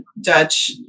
Dutch